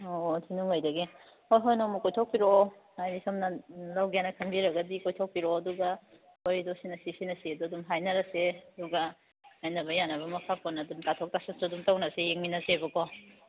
ꯑꯣ ꯊꯤꯅꯨꯡꯉꯩꯗꯒꯤ ꯍꯣꯏ ꯍꯣꯏ ꯅꯣꯡꯃ ꯀꯣꯏꯊꯣꯛꯄꯤꯔꯛꯑꯣ ꯍꯥꯏꯕꯗꯤ ꯁꯣꯝꯅ ꯂꯧꯒꯦꯅ ꯈꯟꯕꯤꯔꯒꯗꯤ ꯀꯣꯏꯊꯣꯛꯄꯤꯔꯛꯑꯣ ꯑꯗꯨꯒ ꯍꯣꯏ ꯑꯗꯣ ꯁꯤꯅ ꯁꯤ ꯁꯤꯅ ꯁꯤ ꯑꯗꯨ ꯑꯗꯨꯝ ꯍꯥꯏꯅꯔꯁꯦ ꯑꯗꯨꯒ ꯍꯥꯏꯅꯕꯒꯤ ꯌꯥꯅꯕ ꯃꯈꯥ ꯄꯣꯟꯅ ꯑꯗꯨꯝ ꯇꯥꯊꯣꯛ ꯇꯥꯁꯤꯟꯁꯨ ꯑꯗꯨꯝ ꯇꯧꯅꯁꯦ ꯌꯦꯡꯃꯤꯟꯅꯁꯦꯕꯀꯣ